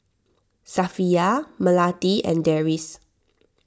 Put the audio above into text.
Safiya Melati and Deris